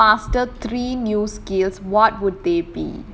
if you can instantly master three new skills what would they be